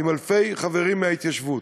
עם אלפי חברים מההתיישבות,